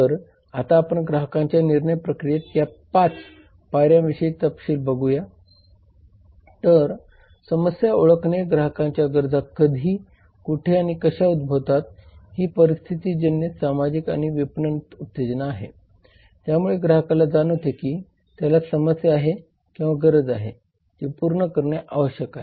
तर आता आपण ग्राहकांच्या निर्णय प्रक्रियेत या पाच पायऱ्यांविषयी तपशील पाहूया तर समस्या ओळखणे ग्राहकांच्या गरजा कधी कुठे आणि कशा उद्भवतात ही परिस्थितीजन्य सामाजिक आणि विपणन उत्तेजना आहे ज्यामुळे ग्राहकाला जाणवते की त्याला समस्या आहे किंवा गरज आहे जी पूर्ण करणे आवश्यक आहे